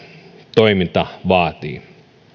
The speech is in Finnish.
toiminta vaatii